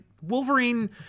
wolverine